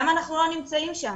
למה אנחנו לא נמצאים שם.